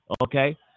okay